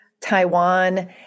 Taiwan